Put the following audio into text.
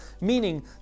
meaning